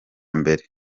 mbere